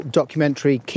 documentary